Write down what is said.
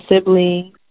siblings